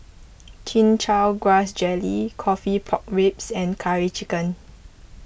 Chin Chow Grass Jelly Coffee Pork Ribs and Curry Chicken